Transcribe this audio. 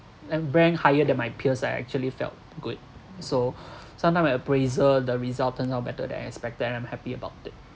eh ranked higher than my peers I actually felt good so sometime when appraisal the result turn out better than I expected and I'm happy about it